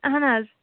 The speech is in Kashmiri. اہن حظ